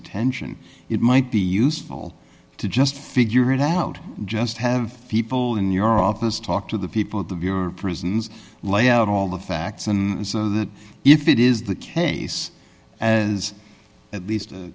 attention it might be useful to just figure it out just have people in your office talk to the people at the viewer prisons lay out all the facts and so that if it is the case as at least a